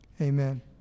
amen